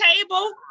table